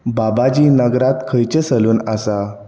बाबाजी नगरांत खंयचेंय सलून आसा